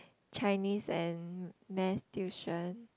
Chinese and Math tuition